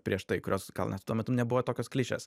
prieš tai kurios gal net tuo metu nebuvo tokios klišės